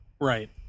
Right